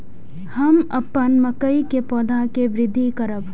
हम अपन मकई के पौधा के वृद्धि करब?